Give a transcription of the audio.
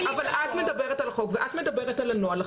את מדברת על החוק ואת מדברת על הנוהל.